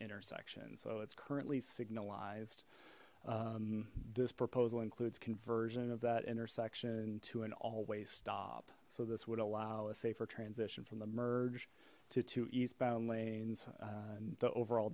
intersection so it's currently signalized this proposal includes conversion of that intersection to an always stop so this would allow a safer transition from the merge to two eastbound lanes and the overall